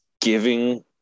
giving